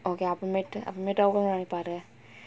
okay அப்ப:appa net அப்ப:appa net open பண்ணி பாரு:panni paaru